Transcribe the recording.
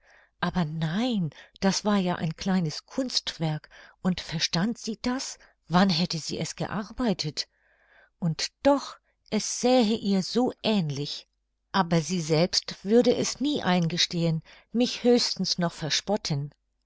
aber nein das war ja ein kleines kunstwerk und verstand sie das wann hätte sie es gearbeitet und doch es sähe ihr so ähnlich aber sie selbst würde es nie eingestehen mich höchstens noch verspotten